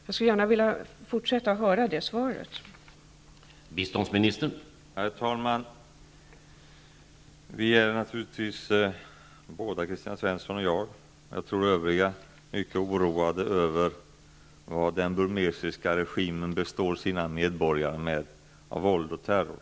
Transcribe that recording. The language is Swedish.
Jag skulle gärna vilja höra biståndsministerns svar på den frågan.